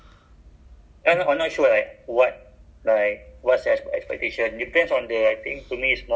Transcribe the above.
most of the job dia orang cakap !aiya! it's like contract it's not really ah